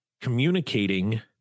communicating